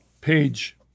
page